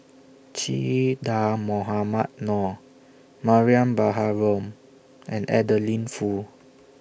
Che Dah Mohamed Noor Mariam Baharom and Adeline Foo